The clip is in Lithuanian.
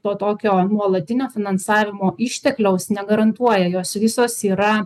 po tokio nuolatinio finansavimo ištekliaus negarantuoja jos visos yra